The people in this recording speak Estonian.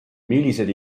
millised